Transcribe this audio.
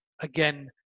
again